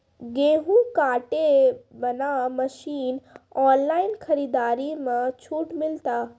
गेहूँ काटे बना मसीन ऑनलाइन खरीदारी मे छूट मिलता?